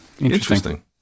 Interesting